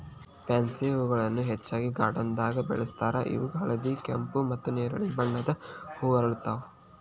pansy ಹೂಗಳನ್ನ ಹೆಚ್ಚಾಗಿ ಗಾರ್ಡನ್ದಾಗ ಬೆಳೆಸ್ತಾರ ಇವು ಹಳದಿ, ಕೆಂಪು, ಮತ್ತ್ ನೆರಳಿ ಬಣ್ಣದ ಹೂ ಅರಳ್ತಾವ